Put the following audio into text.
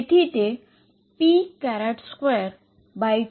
તેથી તે p22mV થશે